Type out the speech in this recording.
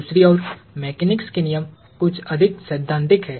दूसरी ओर मेकेनिक्स के नियम कुछ अधिक सैद्धांतिक हैं